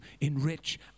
enrich